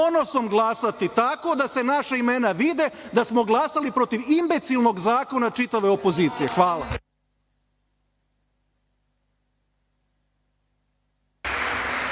ponosom glasati tako da se naša imena vide da smo glasali protiv imbecilnog zakona čitave opozicije. Hvala.